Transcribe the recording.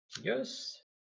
Yes